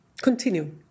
continue